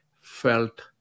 felt